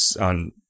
on